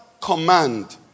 command